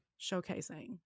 showcasing